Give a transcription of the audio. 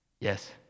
Yes